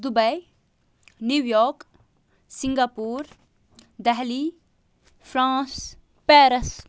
Dubai New York Singapore Delhi France Paris